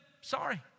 sorry